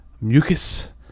mucus